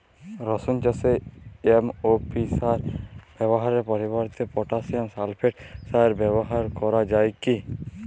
রসুন চাষে এম.ও.পি সার ব্যবহারের পরিবর্তে পটাসিয়াম সালফেট সার ব্যাবহার করা যায় কি?